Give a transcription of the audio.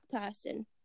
person